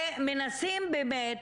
ומנסים באמת